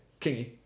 Kingy